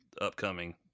upcoming